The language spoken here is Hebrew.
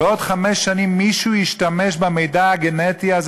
אבל בעוד חמש שנים מישהו ישתמש במידע הגנטי הזה